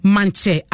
Manche